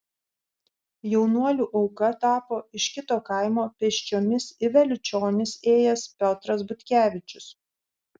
jaunuolių auka tapo iš kito kaimo pėsčiomis į vėliučionis ėjęs piotras butkevičius